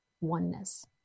oneness